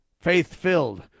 faith-filled